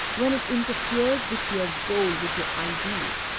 when it interferes with your goal, with your ideal,